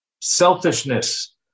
selfishness